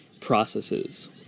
processes